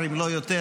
אם לא יותר,